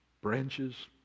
branches